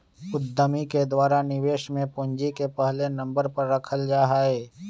उद्यमि के द्वारा निवेश में पूंजी के पहले नम्बर पर रखल जा हई